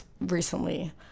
recently